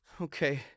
Okay